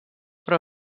però